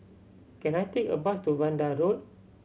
can I take a bus to Vanda Road